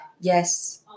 yes